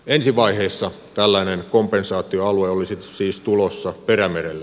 ensivaiheessa tällainen kompensaatioalue olisi siis tulossa perämerelle